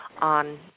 on